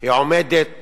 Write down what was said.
היא עומדת